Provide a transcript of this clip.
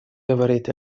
говорит